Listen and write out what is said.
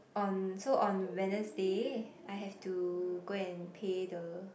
on so on Wednesday I have to go and pay the